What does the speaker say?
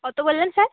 কত বললেন স্যার